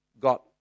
got